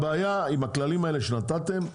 הבעיה עם הכללים האלה שנתתם,